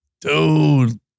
Dude